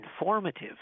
informative